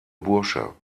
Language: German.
bursche